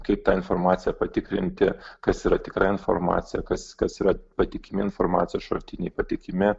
kaip tą informaciją patikrinti kas yra tikra informacija kas kas yra patikimi informacijos šaltiniai patikimi